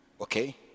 okay